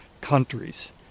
countries